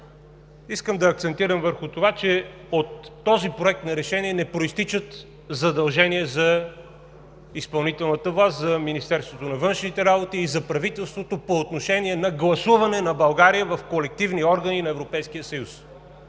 Искам да акцентирам върху това, че от този проект на решение не произтичат задължения за изпълнителната власт, за Министерството на външните работи и за правителството по отношение на гласуване на България в колективни органи на Европейския съюз.